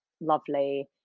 lovely